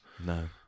No